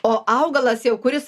o augalas jau kuris